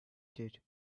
did